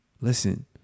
Listen